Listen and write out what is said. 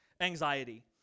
anxiety